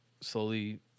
slowly